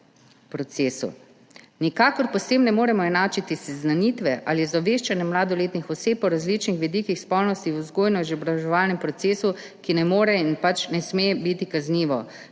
Nikakor pa s tem ne moremo enačiti seznanitve ali ozaveščanja mladoletnih oseb o različnih vidikih spolnosti v vzgojno-izobraževalnem procesu, ki ne more in ne sme biti kaznivo.